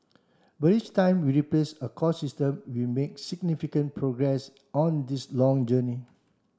but each time we replace a core system we make significant progress on this long journey